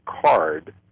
card